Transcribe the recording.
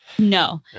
No